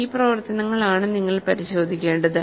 ഈ പ്രവർത്തനങ്ങൾ ആണ് നിങ്ങൾക്ക് പരിശോധിക്കേണ്ടത്